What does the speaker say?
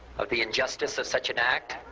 of the injustice of such an act